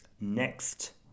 next